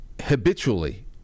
habitually